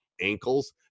ankles